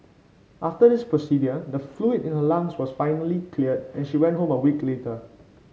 after this procedure the fluid in her lungs was finally cleared and she went home a week later